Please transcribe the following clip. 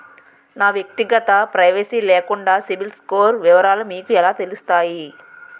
నా వ్యక్తిగత ప్రైవసీ లేకుండా సిబిల్ స్కోర్ వివరాలు మీకు ఎలా తెలుస్తాయి?